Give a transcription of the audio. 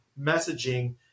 messaging